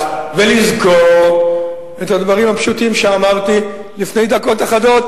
ולזכור את הדברים הפשוטים שאמרתי לפני דקות אחדות.